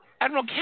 Admiral